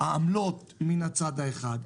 העמלות מן הצד האחד,